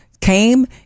came